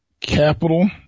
capital